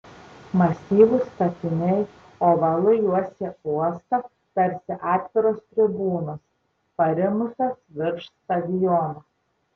masyvūs statiniai ovalu juosė uostą tarsi atviros tribūnos parimusios virš stadiono